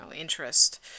interest